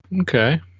Okay